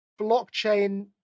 blockchain